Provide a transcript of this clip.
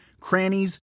crannies